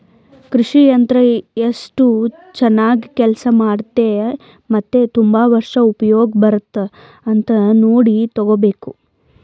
ಕೃಷಿ ಯಂತ್ರ ಎಸ್ಟು ಚನಾಗ್ ಕೆಲ್ಸ ಮಾಡ್ತದೆ ಮತ್ತೆ ತುಂಬಾ ವರ್ಷ ಉಪ್ಯೋಗ ಬರ್ತದ ಅಂತ ನೋಡಿ ತಗೋಬೇಕು